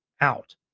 out